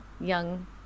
young